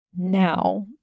Now